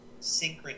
synchrony